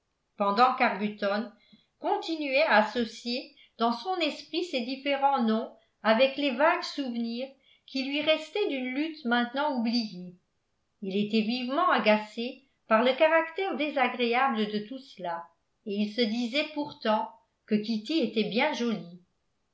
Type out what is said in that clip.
pendant qu'arbuton continuait à associer dans son esprit ces différents noms avec les vagues souvenirs qui lui restaient d'une lutte maintenant oubliée il était vivement agacé par le caractère désagréable de tout cela et il se disait pourtant que kitty était bien jolie